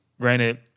granted